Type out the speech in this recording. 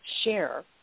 share